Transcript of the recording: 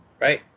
right